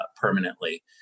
permanently